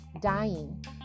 dying